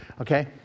Okay